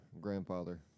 grandfather